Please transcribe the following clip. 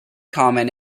common